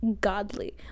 godly